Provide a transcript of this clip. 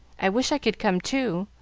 i wish i could come, too.